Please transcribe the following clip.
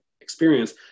experience